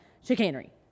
chicanery